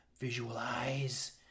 Visualize